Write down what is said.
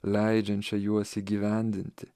leidžiančia juos įgyvendinti